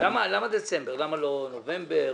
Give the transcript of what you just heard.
למה לא נובמבר?